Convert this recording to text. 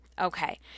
Okay